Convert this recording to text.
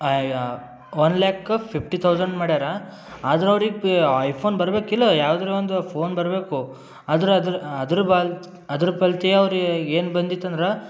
ಅಯ್ಯೋ one lakh fifty thousand ಮಾಡ್ಯಾರೆ ಆದರೂ ಅವ್ರಿಗೆ ಪಿ ಐಫೋನ್ ಬರ್ಬೇಕಲ್ಲ ಯಾವ್ದಾರು ಒಂದು ಫೋನ್ ಬರಬೇಕು ಆದ್ರೆ ಅದ್ರ ಅದ್ರ ಬ ಅದ್ರ ಪರಿಚಯ ಅವ್ರಿಗೆ ಏನು ಬಂದಿತ್ತಂದ್ರೆ